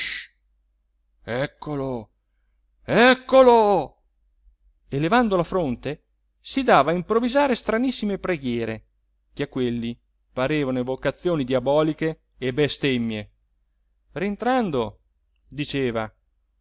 eccolo eccolo e levando la fronte si dava a improvvisare stranissime preghiere che a quelli parevano evocazioni diaboliche e bestemmie rientrando diceva